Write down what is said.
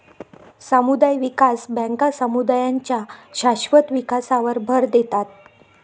समुदाय विकास बँका समुदायांच्या शाश्वत विकासावर भर देतात